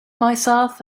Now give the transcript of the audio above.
myself